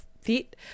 feet